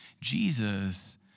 Jesus